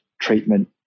treatment